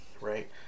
right